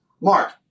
Mark